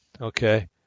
Okay